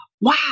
Wow